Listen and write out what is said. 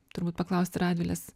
turbūt paklausti radvilės